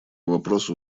вопросу